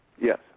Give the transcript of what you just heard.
Yes